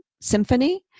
Symphony